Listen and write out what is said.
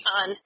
on